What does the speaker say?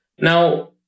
Now